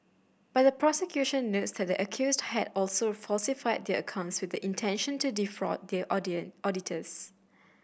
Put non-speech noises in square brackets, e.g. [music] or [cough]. but the prosecution notes that accused had also falsified their accounts with the intention to defraud their [unintelligible] auditors